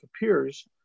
appears